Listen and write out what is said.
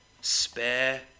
spare